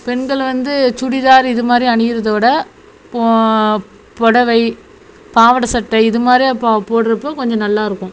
பெண்கள் வந்து சுடிதார் இதுமாதிரி அணிகிறத விட பொ புடவை பாவாடை சட்டை இதுமாதிரி போ போடுறப்போ கொஞ்சம் நல்லா இருக்கும்